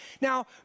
Now